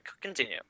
Continue